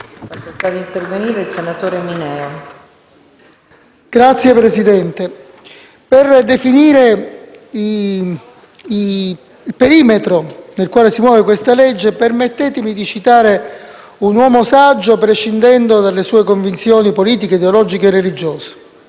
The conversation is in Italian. Signora Presidente, per definire il perimetro nel quale si muove questa legge, permettetemi di citare le parole di un uomo saggio, prescindendo dalle sue convinzioni politiche, ideologiche e religiose,